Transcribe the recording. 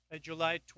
July